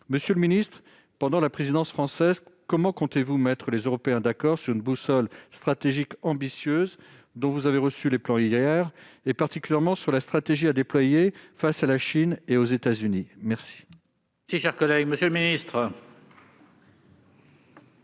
Monsieur le ministre, pendant la présidence française, comment comptez-vous mettre les Européens d'accord sur une boussole stratégique ambitieuse, dont vous avez reçu les plans hier, et particulièrement sur la stratégie à déployer face à la Chine et aux États-Unis ? La parole est à M. le ministre.